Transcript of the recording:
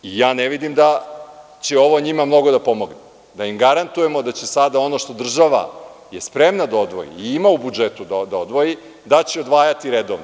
Ja ne vidim da će ovo njima mnogo da pomogne, da im garantujemo da će sada ono što je država spremna da odvoji, i ima u budžetu da odvoji, da će odvajati redovno.